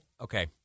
okay